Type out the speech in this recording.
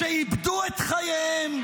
-- שאיבדו את חייהם,